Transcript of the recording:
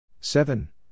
Seven